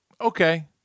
okay